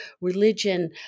religion